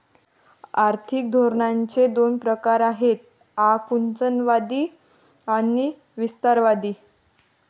आर्थिक धोरणांचे दोन प्रकार आहेत आकुंचनवादी आणि विस्तारवादी